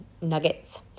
nuggets